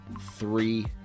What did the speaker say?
Three